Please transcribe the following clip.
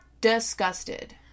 disgusted